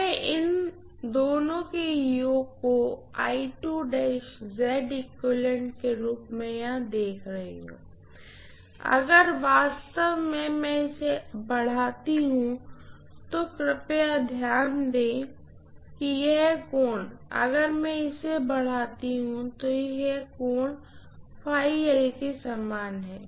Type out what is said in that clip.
मैं इन दोनों के योग को के रूप में यहां देख रही हूँ अगर मैं वास्तव में इसे बढाती हूँ तो कृपया ध्यान दें कि यह कोण अगर मैं इसे यहां बढाती हूँ तो यह कोण के समान है